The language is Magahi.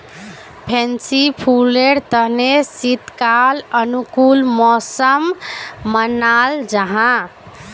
फैंसी फुलेर तने शीतकाल अनुकूल मौसम मानाल जाहा